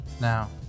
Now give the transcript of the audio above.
Now